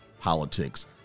politics